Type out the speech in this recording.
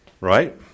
Right